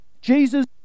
Jesus